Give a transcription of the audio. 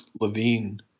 Levine